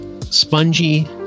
spongy